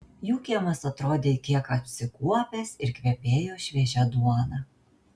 jų kiemas atrodė kiek apsikuopęs ir kvepėjo šviežia duona